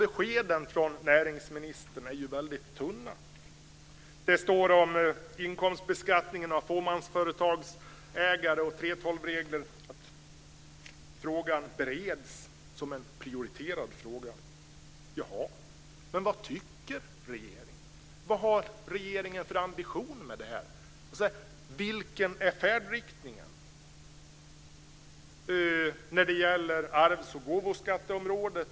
Beskeden från näringsministern är dock väldigt tunna. Det står om inkomstbeskattningen av fåmansföretags ägare och om 3:12-regler att frågan bereds som en prioriterad fråga. Jaha. Men vad tycker regeringen? Vilka ambitioner har regeringen med det här? Och vad är färdriktningen när det gäller arvs och gåvoskatteområdet?